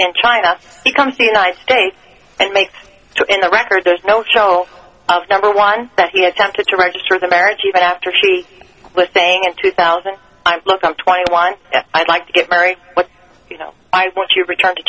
in china becomes the united states and makes two in the record there's no show of number one that he has attempted to register the marriage even after she was saying in two thousand i'm look i'm twenty one i'd like to get married but you know i want to return to